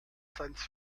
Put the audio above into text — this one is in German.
science